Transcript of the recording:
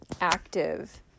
active